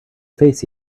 face